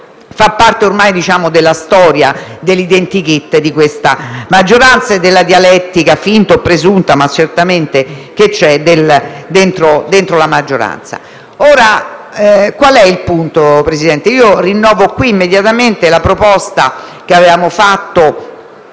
fa parte ormai della storia e dell'*identikit* di questa maggioranza e della dialettica, finta o presunta, ma certamente presente nella maggioranza. Ora, quale è il punto, signor Presidente? Rinnovo qui immediatamente la proposta che avevamo